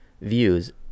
views